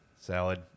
Salad